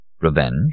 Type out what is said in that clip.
revenge